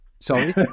Sorry